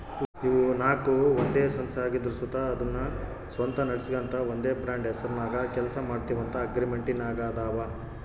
ಇವು ನಾಕು ಒಂದೇ ಸಂಸ್ಥೆ ಆಗಿದ್ರು ಸುತ ಅದುನ್ನ ಸ್ವಂತ ನಡಿಸ್ಗಾಂತ ಒಂದೇ ಬ್ರಾಂಡ್ ಹೆಸರ್ನಾಗ ಕೆಲ್ಸ ಮಾಡ್ತೀವಂತ ಅಗ್ರಿಮೆಂಟಿನಾಗಾದವ